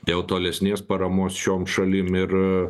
dėl tolesnės paramos šiom šalim ir